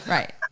Right